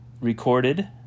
recorded